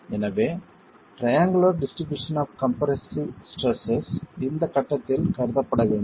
எனவே triangular distribution of compressive stresses இந்த கட்டத்தில் கருதப்பட வேண்டும்